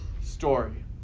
story